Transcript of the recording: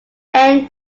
end